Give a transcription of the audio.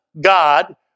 God